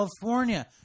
California